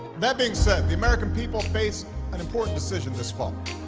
that being said, the american people face an important decision this fall.